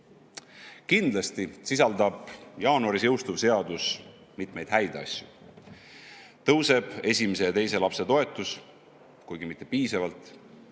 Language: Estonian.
sisaldab jaanuaris jõustuv seadus mitmeid häid asju. Tõuseb esimese ja teise lapse toetus, kuigi mitte piisavalt.